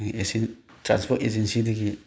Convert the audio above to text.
transport ꯑꯦꯖꯦꯟꯁꯤꯗꯒꯤ